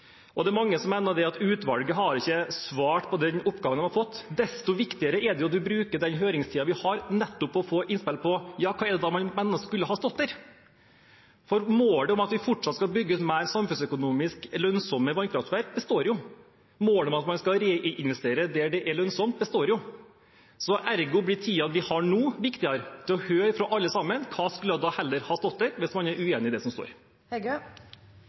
Det er mange som mener at utvalget ikke har svart på den oppgaven de har fått. Desto viktigere er det at man bruker den høringstiden vi har, nettopp til å få innspill på hva som skulle stått der. Målet om at vi fortsatt skal bygge ut mer samfunnsøkonomiske lønnsomme vannkraftverk, består jo. Målet om at man skal reinvestere der det er lønnsomt, består jo. Ergo blir tiden vi har nå, viktigere med tanke på å høre fra alle sammen hva som heller skulle stått der hvis man er uenig i det som